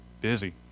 Busy